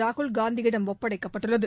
ராகுல்காந்தியிடம் ஒப்படைக்கப்பட்டுள்ளது